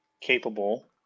capable